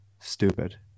stupid